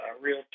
real